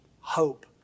hope